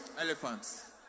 Elephants